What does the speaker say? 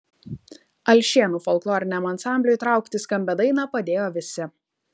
alšėnų folkloriniam ansambliui traukti skambią dainą padėjo visi